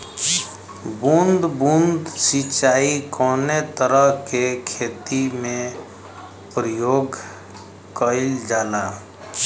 बूंद बूंद सिंचाई कवने तरह के खेती में प्रयोग कइलजाला?